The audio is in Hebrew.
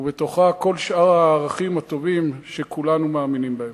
ובתוכה כל שאר הערכים הטובים שכולנו מאמינים בהם.